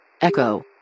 Echo